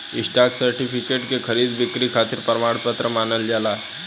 stock certificate के खरीद बिक्री खातिर प्रमाण पत्र मानल जाला